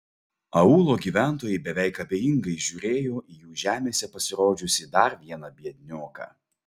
aūlo gyventojai beveik abejingai žiūrėjo į jų žemėse pasirodžiusį dar vieną biednioką